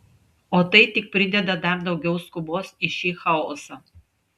o tai tik prideda dar daugiau skubos į šį chaosą